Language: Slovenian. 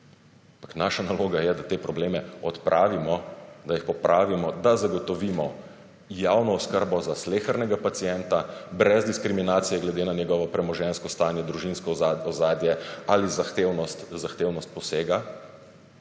naša naloga je, da te probleme odpravimo, da jih popravimo, da zagotovimo javno oskrbo za slehernega pacienta, rez diskriminacije glede na njegovo premoženjsko stanje, družinsko ozadje ali zahtevnost posega.